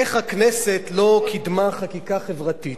איך הכנסת לא קידמה חקיקה חברתית,